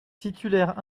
titulaire